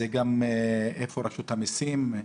איפה רשות המיסים?